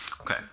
Okay